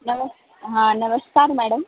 नमस् हां नमस्कार मॅडम